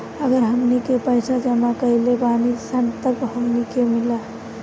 अगर हमनी के पइसा जमा करले बानी सन तब हमनी के मिली